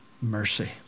mercy